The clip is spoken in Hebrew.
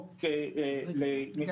פוליו,